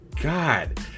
god